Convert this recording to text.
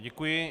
Děkuji.